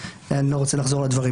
ואני לא רוצה לחזור על הדברים.